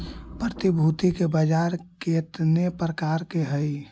प्रतिभूति के बाजार केतने प्रकार के हइ?